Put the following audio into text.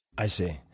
i see.